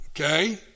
okay